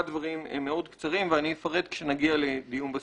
דברים קצרים ואפרט כשנגיע לדיון בסעיפים.